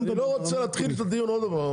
אני לא רוצה להתחיל את הדיון עוד הפעם,